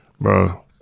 Bro